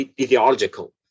ideological